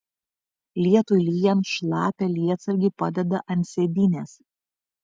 lietui lyjant šlapią lietsargį padeda ant sėdynės